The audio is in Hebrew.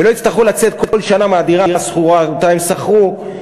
ולא יצטרכו לצאת כל שנה מהדירה השכורה שהם שכרו,